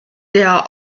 der